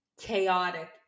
chaotic